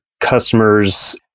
customers